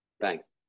thanks